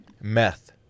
Meth